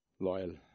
Loyal